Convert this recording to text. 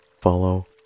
follow